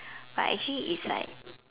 but actually is like